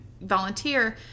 volunteer